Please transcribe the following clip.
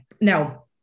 Now